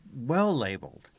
well-labeled